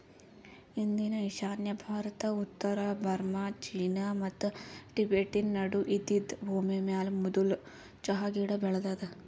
ಇಂದಿನ ಈಶಾನ್ಯ ಭಾರತ, ಉತ್ತರ ಬರ್ಮಾ, ಚೀನಾ ಮತ್ತ ಟಿಬೆಟನ್ ನಡು ಇದ್ದಿದ್ ಭೂಮಿಮ್ಯಾಲ ಮದುಲ್ ಚಹಾ ಗಿಡ ಬೆಳದಾದ